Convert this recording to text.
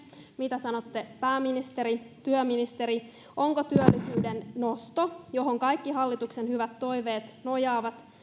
mitä sanotte pääministeri työministeri onko työllisyyden nosto johon kaikki hallituksen hyvät toiveet nojaavat